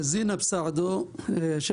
אני